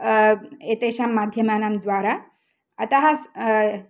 एतेषां मध्यमानां द्वारा अतः